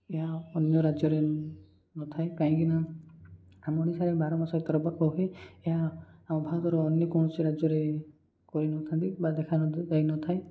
ଏହା ଅନ୍ୟ ରାଜ୍ୟରେ ନଥାଏ କାହିଁକିନା ଆମ ଓଡ଼ିଶାରେ ବାର ମାସରେ ତେର ପର୍ବ ହୁଏ ଏହା ଆମ ଭାରତର ଅନ୍ୟ କୌଣସି ରାଜ୍ୟରେ କରିନଥାନ୍ତି ବା ଦେଖା ଯାଇନଥାଏ